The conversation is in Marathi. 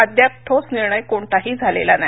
अद्याप ठोस निर्णय कोणताही झालेला नाही